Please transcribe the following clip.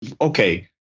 okay